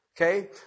Okay